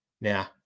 now